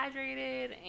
hydrated